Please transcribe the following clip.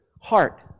heart